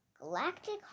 Galactic